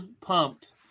pumped